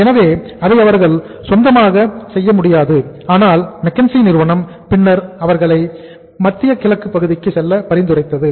எனவே அதை அவர்கள் சொந்தமாக செய்ய முடியாது ஆனால் மெக்கன்சி நிறுவனம் பின்னர் அவர்களை மத்திய கிழக்கு பகுதிக்கு செல்ல பரிந்துரைத்தது